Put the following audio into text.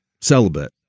celibate